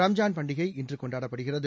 ரம்ஜான் பண்டிகை இன்றுகொண்டாடப்படுகிறது